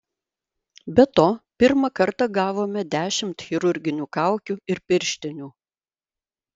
be to pirmą kartą gavome dešimt chirurginių kaukių ir pirštinių